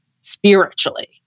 spiritually